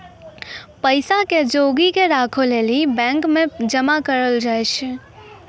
पैसा के जोगी क राखै लेली बैंक मे जमा करलो जाय छै